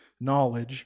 knowledge